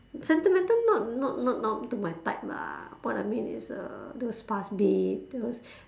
sentimental not not not not to my type lah what I mean is uh those fast beat those